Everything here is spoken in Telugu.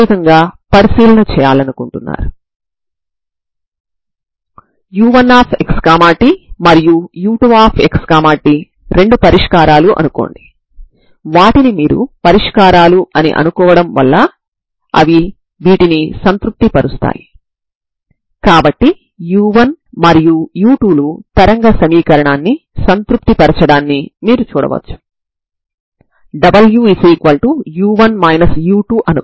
ఈ పరిష్కారం యూనిఫార్మ్ కన్వెర్జెంట్ అయితే ఇది ఇంతకు ముందు మీరు అనుకున్న లేదా మీరు వెతుకున్న సాధారణ పరిష్కారం ఇదే అవుతుంది